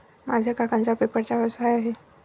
माझ्या काकांचा पेपरचा व्यवसाय आहे